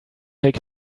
take